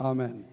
Amen